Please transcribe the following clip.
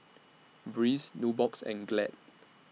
Breeze Nubox and Glad